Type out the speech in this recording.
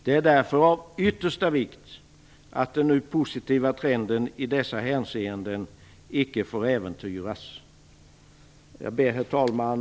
Det är därför av yttersta vikt att den nu positiva trenden i dessa hänseenden icke får äventyras. Herr talman!